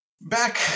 Back